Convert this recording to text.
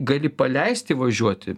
gali paleisti važiuoti